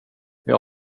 jag